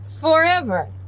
forever